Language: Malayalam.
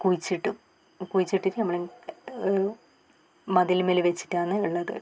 കുഴിച്ചിടും കുഴിച്ചിട്ടിട്ട് നമ്മൾ ഈ മതിലിന്മേൽ വെച്ചിട്ടാണ് വെള്ളം